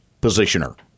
positioner